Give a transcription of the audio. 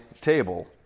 table